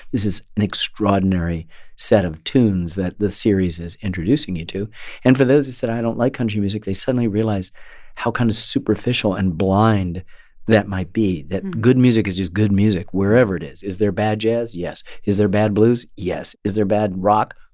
this is an extraordinary set of tunes that this series is introducing you to and for those that said i don't like country music, they suddenly realize how kind of superficial and blind that might be that good music is just good music, wherever it is. is there bad jazz? yes. is there bad blues? yes. is there bad rock?